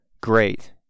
great